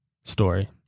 story